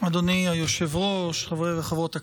אדוני היושב-ראש, חברי וחברות הכנסת,